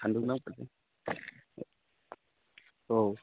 सानग्रोनांगोन औ